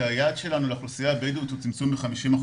כי היעד שלנו לאוכלוסייה הבדואית הוא צמצום ב-50%,